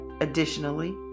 Additionally